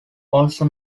also